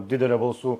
didele balsų